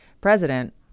president